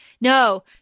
no